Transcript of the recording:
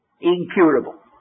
incurable